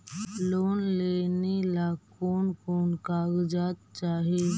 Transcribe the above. Loan लेने ला कोन कोन कागजात चाही?